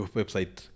website